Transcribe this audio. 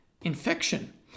infection